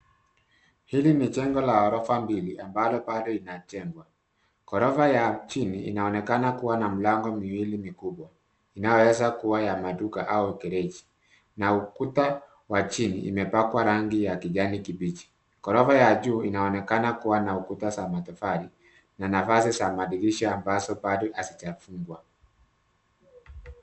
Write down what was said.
Hili ni jengo la orofa mbili ambalo bado linajengwa. Ghorofa ya chini ina milango miwili mikubwa, inaonekana inaweza kuwa maduka au ofisi. Ukuta wa chini umepakwa rangi ya kijani kibichi. Ghorofa ya juu inaonekana kuwa na ukuta wa matofali na nafasi za madirisha ya mbao pande zote mbili.